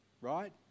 right